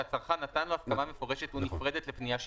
שהצרכן נתן לו הסכמה מפורשת או נפרדת לפנייה שיווקית.